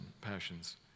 passions